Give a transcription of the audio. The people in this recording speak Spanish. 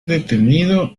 detenido